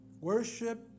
Worship